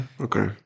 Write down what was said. Okay